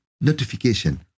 notification